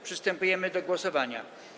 Przystępujemy do głosowania.